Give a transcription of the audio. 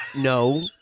No